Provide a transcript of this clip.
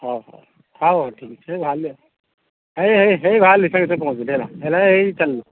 ହଁ ହେଉ ହେଉ ହେଉ ଠିକ ଅଛି ହେଇ ବାହାରିଲି ଆଉ ହେଇ ହେଇ ହେଇ ବାହାରିଲି ସାଙ୍ଗେ ସାଙ୍ଗେ ପହଞ୍ଚିଲି ହେଲା ହେଇ ଚାଲିଲି